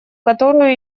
которую